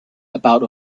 about